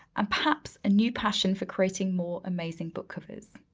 and perhaps a new passion for creating more amazing book covers.